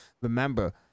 remember